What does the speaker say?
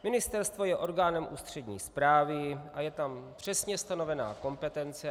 Ministerstvo je orgánem ústřední správy a je tam přesně stanovená kompetence.